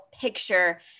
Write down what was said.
picture